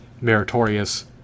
meritorious